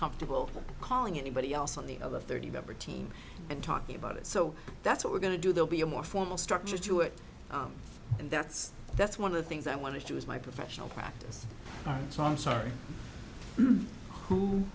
comfortable calling anybody else on the other thirty better team and talking about it so that's what we're going to do they'll be a more formal structure to it and that's that's one of the things i want to do is my professional practice so i'm sorry who